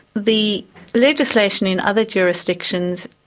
the legislation in other jurisdictions,